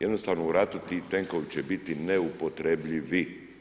Jednostavno u ratu ti tenkovi će biti neupotrebljivi.